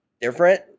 different